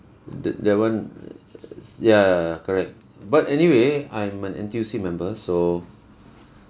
that that one err ya correct but anyway I'm an N_T_U_C member so